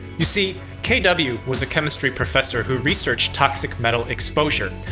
you see, kw was a chemistry professor who researched toxic metal exposure.